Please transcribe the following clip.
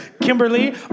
Kimberly